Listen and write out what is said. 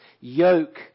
yoke